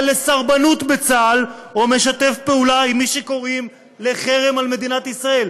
לסרבנות בצה"ל או משתף פעולה עם מי שקוראים לחרם על מדינת ישראל.